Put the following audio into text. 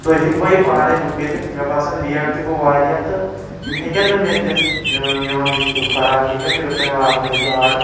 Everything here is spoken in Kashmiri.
تُہۍ ہیکۍوا یہِ پانے یہِ کٔرِتھ مےٚ باسان لیٹ تہِ گوٚو واریاہ تہٕ یِم ہٮ۪کَن نہٕ مےٚ دِتھ میون یہِ کھۄراک ہیکان نہٕ یوتانۍ واتنٲیِتھ یہِ آڈر